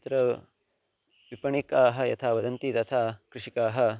अत्र विपणिकाः यथा वदन्ति तथा कृषिकाः